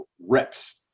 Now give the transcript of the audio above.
reps